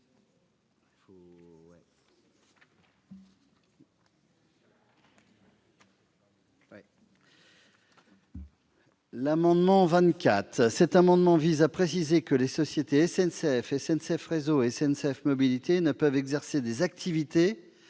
L'amendement n° 24 vise à préciser que les sociétés SNCF, SNCF Réseau et SNCF Mobilités ne peuvent pas exercer d'activités